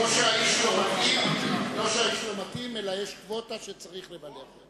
לא שהאיש לא מתאים אלא יש קווטה שצריך למלא.